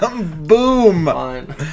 Boom